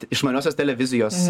išmaniosios televizijos